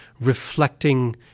reflecting